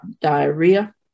diarrhea